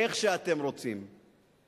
איך שאתם רוצים,